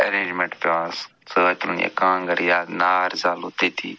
arrangement پٮ۪وان سۭتۍ تُلُن یا کانٛگٕر یا نار زالو تٔتی